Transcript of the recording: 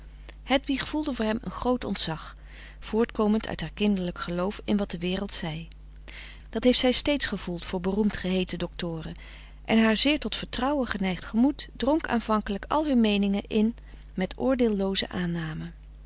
hedwig voelde voor hem een groot ontzag voortkomend uit haar kinderlijk geloof in wat de wereld zei dat heeft zij steeds gevoeld voor beroemd geheeten doctoren en haar zeer tot vertrouwen geneigd gemoed dronk aanvankelijk al hun meeningen in met